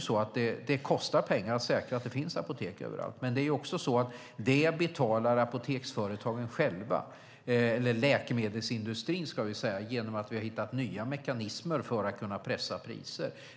Det kostar pengar att säkra att det finns apotek överallt, men det är också så att apoteksföretagen själva betalar - eller läkemedelsindustrin, ska jag säga. Vi har nämligen hittat nya mekanismer för att kunna pressa priser.